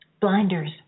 blinders